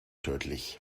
tödlich